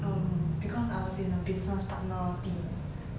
um because I was in a business partner team